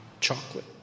chocolate